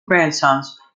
grandsons